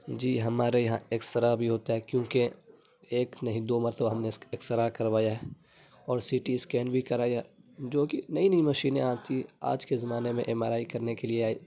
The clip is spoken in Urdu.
جی ہمارے یہاں ایکس را بھی ہوتا ہے کیونکہ ایک نہیں دو مرتبہ ہم نے ایکس را کروایا ہے اور سی ٹی اسکین بھی کرایا جوکہ نئی نئی مشینیں آتی ہیں آج کے زمانے میں ایم آر آئی کرنے کے لیے آئی